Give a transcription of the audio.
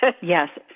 Yes